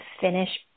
finish